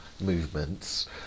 movements